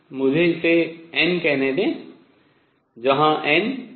मुझे इसे n कहने दें जहां n nnr है